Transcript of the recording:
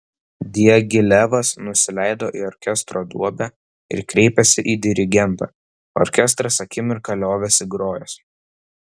diagilevas nusileido į orkestro duobę ir kreipėsi į dirigentą orkestras akimirką liovėsi grojęs